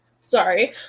Sorry